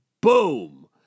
Boom